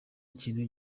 ikintu